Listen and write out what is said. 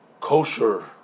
kosher